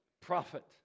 prophet